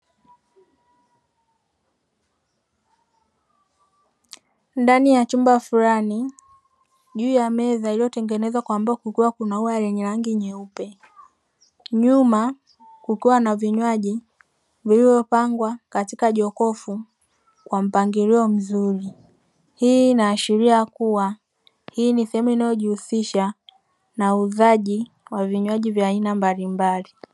Ndani ya chumba fulani juu ya meza iliyotengenezwa kwa mbao kukiwa kuna ua lenye rangi nyeupe. Nyuma kukiwa na vinywaji vilivyopangwa katika jokofu kwa mpangilio mzuri. Hii inaashiria kuwa hii ni sehemu inayojihusisha na uuzaji wa vinywaji vya aina mbalimbali.